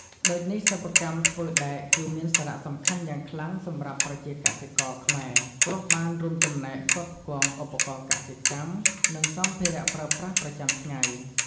ដូចនេះ សិប្បកម្មធ្វើដែកគឺមានសារៈសំខាន់យ៉ាងខ្លាំងសម្រាប់ប្រជាកសិករខ្មែរ ព្រោះបាន រួមចំណែក ផ្គត់ផ្គង់ ឧបករណ៍កសិកម្ម និង សម្ភារៈប្រើប្រាស់ប្រចាំថ្ងៃ។